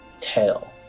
tail